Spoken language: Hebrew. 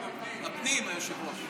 הפנים, היושב-ראש.